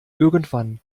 irgendwann